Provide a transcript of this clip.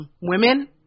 women